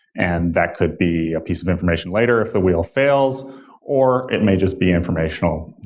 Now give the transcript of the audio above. and that could be a piece of information later if the wheel fails or it may just be informational,